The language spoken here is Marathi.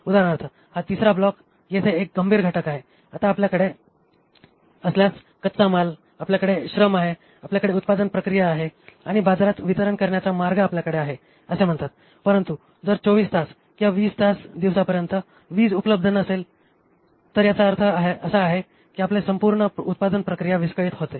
उदाहरणार्थ हा तिसरा ब्लॉक येथे एक गंभीर घटक आहे आता आपल्याकडे असल्यास कच्चा माल आपल्याकडे श्रम आहे आपल्याकडे उत्पादन प्रक्रिया आहे आणि बाजारात वितरण करण्याचा मार्ग आपल्याकडे आहे असे म्हणतात परंतु जर 24 तास किंवा किमान 20 तास दिवसापर्यंत वीज उपलब्ध नसेल तर याचा अर्थ असा आहे की आपले संपूर्ण उत्पादन प्रक्रिया विस्कळीत होते